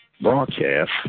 broadcast